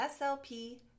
SLP